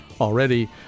already